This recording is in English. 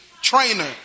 trainer